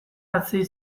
hasi